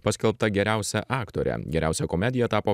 paskelbta geriausia aktore geriausia komedija tapo